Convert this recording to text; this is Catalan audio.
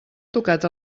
tocat